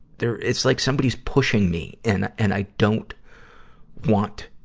there, it's like somebody's pushing me, and, and i don't want